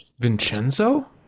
Vincenzo